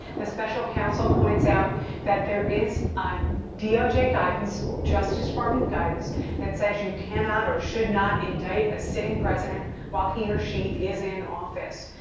the special counsel points out that there is doj guidance, justice department guidance that says you cannot or should not indict a sitting president while he or she is in office.